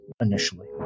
initially